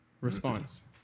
Response